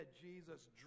Jesus